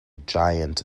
giant